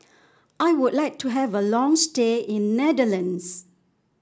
I would like to have a long stay in Netherlands